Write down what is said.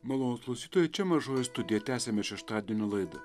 malonūs klausytojai čia mažoji studija tęsiame šeštadienio laidą